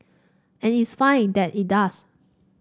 and it's fine that it does